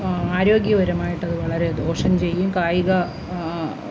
ആരോഗ്യപരമായിട്ട് അതു വളരെ ദോഷം ചെയ്യും കായിക